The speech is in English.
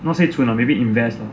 not say 存 ah maybe invest